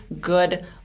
good